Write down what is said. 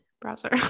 browser